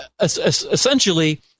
essentially